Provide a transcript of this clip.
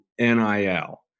NIL